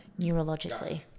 neurologically